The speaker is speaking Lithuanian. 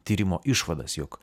tyrimo išvadas jog